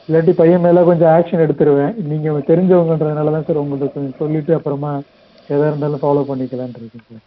இல்லாட்டி பையன் மேலே கொஞ்சம் ஆக்ஷன் எடுத்துருவேன் நீங்கள் தெரிஞ்சவங்கன்றதுனால தான் சார் உங்கள்கிட்ட கொஞ்சம் சொல்லிவிட்டு அப்புறமா எதாக இருந்தாலும் ஃபாலோவ் பண்ணிக்கலாம்ட்டு இருக்கேன் சார்